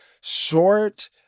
short